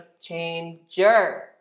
changer